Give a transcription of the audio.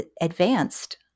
advanced